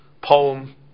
poem